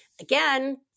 Again